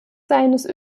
seines